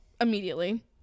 immediately